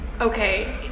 okay